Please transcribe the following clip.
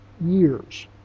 years